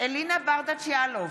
אלינה ברדץ' יאלוב,